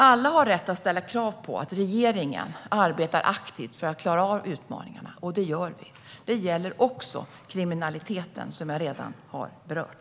Alla har rätt att ställa krav på att regeringen arbetar aktivt för att klara av utmaningarna, och det gör vi. Det gäller också kriminaliteten, som jag redan har berört.